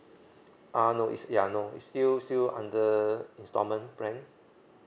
err no is ya no is still still under installment plan